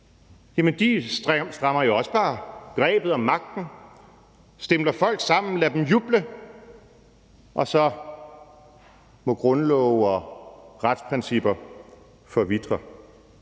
Jamen de strammer jo også bare grebet om magten, lader folk stimle sammen og lader dem juble, og så må grundlove og retsprincipper forvitre.